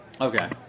Okay